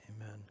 Amen